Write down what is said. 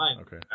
Okay